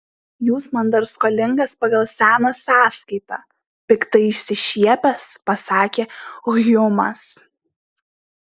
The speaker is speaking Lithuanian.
jūs man dar skolingas pagal seną sąskaitą piktai išsišiepęs pasakė hjumas